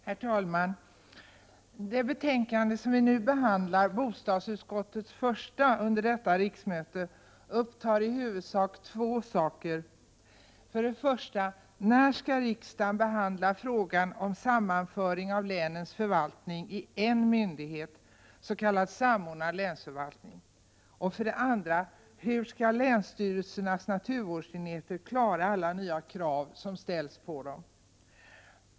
Herr talman! Det betänkande som vi nu behandlar, bostadsutskottets första betänkande detta riksmöte, upptar i huvudsak två frågor: 1. När skall riksdagen behandla frågan om en sammanföring av länens förvaltning i en myndighet, en s.k. samordnad länsförvaltning? 2. Hur skall länsstyrelsernas naturvårdsenheter klara alla nya krav som ställs på dem?